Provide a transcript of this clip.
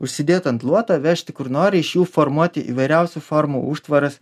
užsidėt ant luoto vežti kur nori iš jų formuoti įvairiausių formų užtvaras